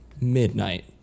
midnight